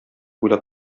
уйлап